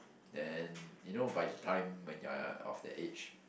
then you know by the time when you are of the age